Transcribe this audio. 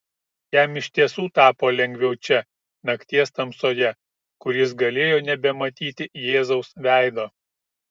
jam iš tiesų tapo lengviau čia nakties tamsoje kur jis galėjo nebematyti jėzaus veido